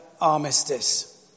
armistice